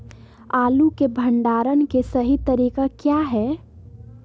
आलू के भंडारण के सही तरीका क्या है?